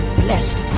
blessed